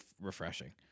refreshing